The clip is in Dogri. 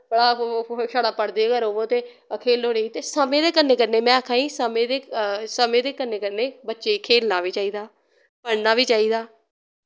शड़ा पढ़दे गै रवो ते खेलो नेईं ते समें दे कन्ने कन्ने में आक्खा निं समें दे समें कन्ने कन्ने बच्चेई खेलना बी चाहिदा पढ़ना बी चाहिदा